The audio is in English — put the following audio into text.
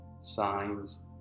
signs